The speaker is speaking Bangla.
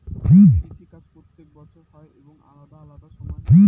কৃষি কাজ প্রত্যেক বছর হই এবং আলাদা আলাদা সময় হই